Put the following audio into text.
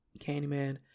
Candyman